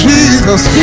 Jesus